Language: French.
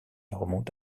remonte